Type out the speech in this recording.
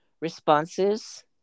responses